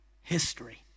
history